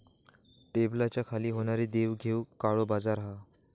टेबलाच्या खाली होणारी देवघेव काळो बाजार हा